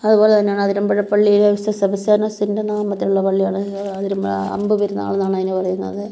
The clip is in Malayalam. അതുപോലെ തന്നെയാണ് അതിരമ്പുഴ പള്ളി വിശുദ്ധ സെബസ്ത്യാനോസിൻ്റെ നാമത്തിലുള്ള പള്ളിയാണ് അതിര അമ്പ് പെരുന്നാള്ന്നാണ് അതിന് പറയുന്നത്